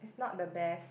is not the best